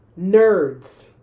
nerds